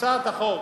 הצעת החוק,